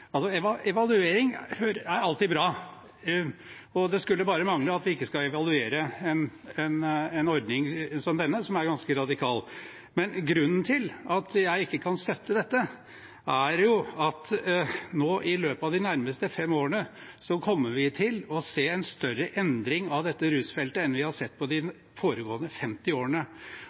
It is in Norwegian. Evaluering er alltid bra, og det skulle bare mangle at vi ikke skal evaluere en ordning som denne, som er ganske radikal. Men grunnen til at jeg ikke kan støtte dette, er at i løpet av de nærmeste fem årene kommer vi til å se en større endring av dette rusfeltet enn vi har sett de foregående 50 årene.